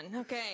Okay